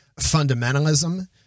fundamentalism